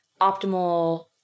optimal